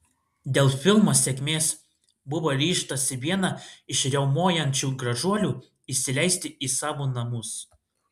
dėl filmo sėkmės buvo ryžtasi vieną iš riaumojančių gražuolių įsileisti į savo namus